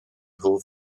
nhw